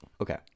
Okay